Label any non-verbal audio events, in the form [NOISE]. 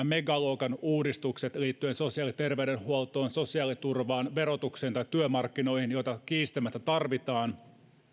[UNINTELLIGIBLE] megaluokan uudistuksissa liittyen sosiaali ja terveydenhuoltoon sosiaaliturvaan verotukseen tai työmarkkinoihin joita kiistämättä tarvitaan